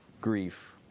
grief